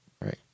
Right